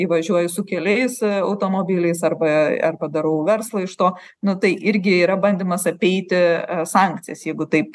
įvažiuoju su keliais automobiliais arba ar padarau verslo iš to nu tai irgi yra bandymas apeiti sankcijas jeigu taip